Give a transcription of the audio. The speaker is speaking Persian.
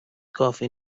کافی